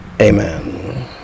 Amen